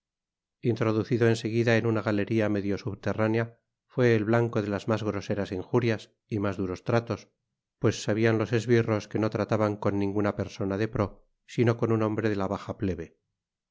introducido en seguida en una galería medio subterránea iué el blanco de las mas groseras injurias y mas duros tratos pues sabian los esbirros que no trataban con ninguna persona de pro sino con un hombre de la baja plebe